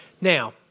Now